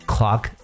Clock